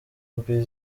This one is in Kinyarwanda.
mbi